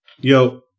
Yo